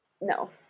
No